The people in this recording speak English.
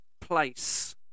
place